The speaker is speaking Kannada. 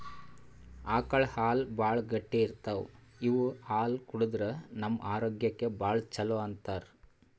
ಆಕಳ್ ಹಾಲ್ ಭಾಳ್ ಗಟ್ಟಿ ಇರ್ತವ್ ಇವ್ ಹಾಲ್ ಕುಡದ್ರ್ ನಮ್ ಆರೋಗ್ಯಕ್ಕ್ ಭಾಳ್ ಛಲೋ ಅಂತಾರ್